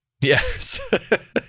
yes